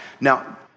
Now